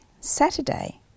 Saturday